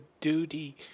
duty